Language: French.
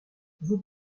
vous